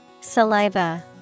Saliva